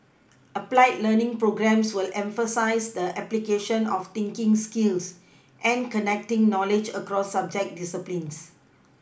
applied learning programmes will emphasise the application of thinking skills and connecting knowledge across subject disciplines